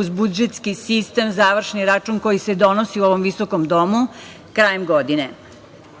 uz budžetski sistem, završni račun, koji se donosi u ovom visokom domu krajem godine. Budžet